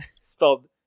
Spelled